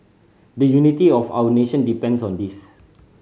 the unity of our nation depends on this